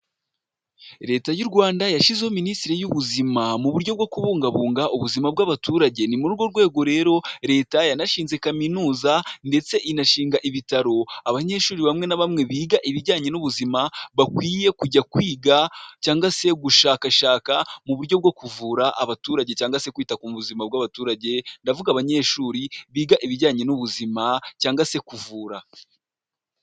Leta y'u Rwanda yashyizeho Minisitiri y'ubuzima mu buryo bwo kubungabunga ubuzima bw'abaturage. Ni muri urwo rwego rero Leta yanashinze Kaminuza ndetse inashinga ibitaro, abanyeshuri bamwe na bamwe biga ibijyanye n'ubuzima bakwiye kujya kwiga cyangwa se gushakashaka mu buryo bwo kuvura abaturage, cyangwa se kwita ku buzima bw'abaturage. Ndavuga abanyeshuri biga ibijyanye n'ubuzima, cyangwa se kuvura.